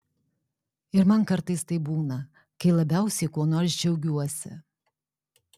ir man kartais taip būna kai labiausiai kuo nors džiaugiuosi